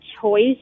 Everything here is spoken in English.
choice